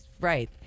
Right